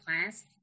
class